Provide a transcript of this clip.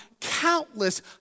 countless